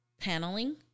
paneling